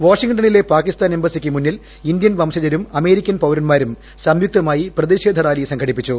വാഷിംഗ്ടണിലെ പാകിസ്ഥാൻ എംബസിക്ക് മുന്നിൽ ഇന്ത്യൻ വംശജരും അമേരിക്കൻ പൌരൻമാരും സംയുക്തമായി പ്രതിഷേധ റാലി സംഘടിപ്പിച്ചു